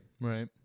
Right